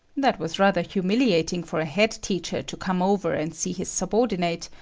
that was rather humiliating for a head-teacher to come over and see his subordinate,